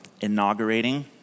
inaugurating